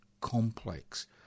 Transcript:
complex